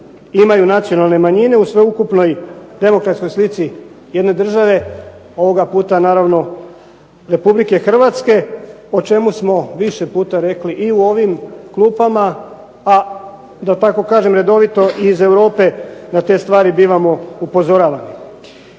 imaju nacionalne manjine u sveukupnoj demokratskoj slici jedne države, ovoga puta RH o čemu smo više puta rekli i u ovim klupama, a da tako kažem redovito iz Europe na te stvari bivamo upozoravani.